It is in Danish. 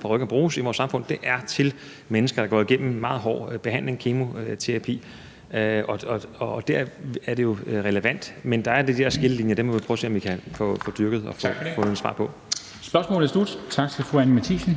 parykker bruges, i vores samfund er, at der er mennesker, der går igennem en meget hård behandling, kemoterapi, og der er det jo relevant. Men der er de der skillelinjer, og det må vi prøve at se om vi kan få dyrket at finde et svar på. Kl. 14:00 Formanden (Henrik Dam Kristensen):